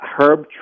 Herb